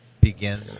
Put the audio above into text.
begin